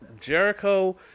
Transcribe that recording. Jericho